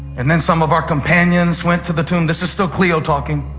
and then some of our companions went to the tomb, this is still cleo talking,